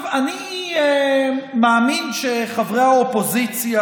אני מאמין שחברי האופוזיציה,